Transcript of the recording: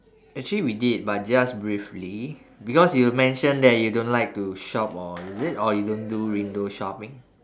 actually we did but just briefly because you mention that you don't like to shop or is it or you don't do window shopping